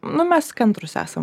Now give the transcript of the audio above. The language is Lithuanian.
nu mes kantrūs esam